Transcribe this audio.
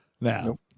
now